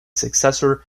successor